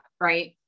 right